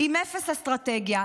עם אפס אסטרטגיה,